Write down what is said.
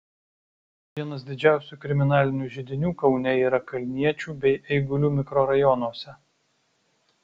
vienas didžiausių kriminalinių židinių kaune yra kalniečių bei eigulių mikrorajonuose